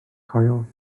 coil